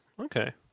Okay